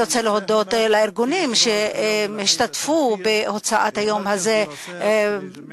אני רוצה להודות לארגונים שהשתתפו בהוצאת היום הזה לפועל,